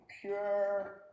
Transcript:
pure